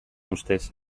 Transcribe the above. ustez